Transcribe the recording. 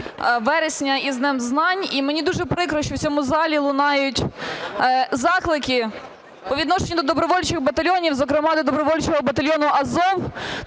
вересня і з Днем знань. І мені дуже прикро, що в цьому залі лунають заклики по відношенню до добровольчих батальйонів, зокрема до добровольчого батальйону "Азов",